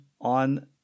on